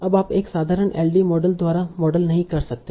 अब आप एक साधारण एलडीए मॉडल द्वारा मॉडल नहीं कर सकते